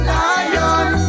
Lion